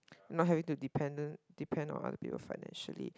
not to be dependent depend on other people financially